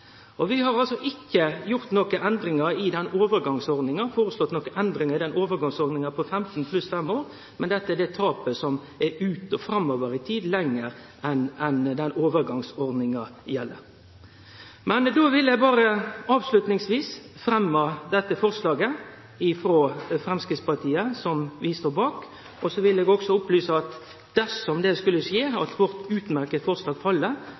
Vi har ikkje føreslått nokon endringar i overgangsordninga på 15 pluss 5 år, men dette gjeld det tapet som blir framover i tid, lenger fram enn den tida overgangsordninga gjeld. Då vil eg berre avslutningsvis fremme dette forslaget som Framstegspartiet står bak. Eg vil også opplyse om at dersom det skulle skje at vårt utmerkte forslag